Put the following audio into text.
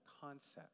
concept